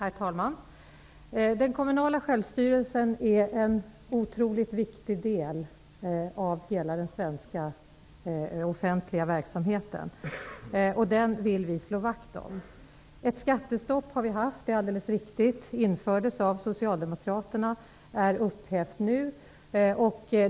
Herr talman! Den kommunala självstyrelsen är en oerhört viktig del av hela den svenska offentliga verksamheten, och vi vill slå vakt om den. Det är alldeles riktigt att vi har haft ett skattestopp. Det infördes av socialdemokraterna och har nu upphävts.